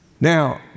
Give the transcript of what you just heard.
Now